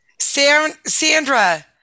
Sandra